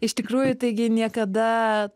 iš tikrųjų taigi niekada